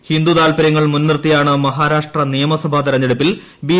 ഹിന്ദു താൽപര്യങ്ങൾ മുൻനിർത്തിയാണ് മഹാരാഷ്ട്ര നിയമസഭ തിരഞ്ഞെടുപ്പിൽ ബി